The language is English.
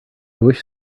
wish